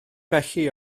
felly